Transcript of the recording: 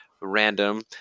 random